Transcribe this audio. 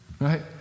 Right